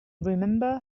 remember